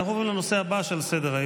אנחנו עוברים לנושא הבא על סדר-היום,